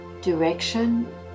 direction